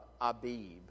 Abib